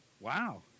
Wow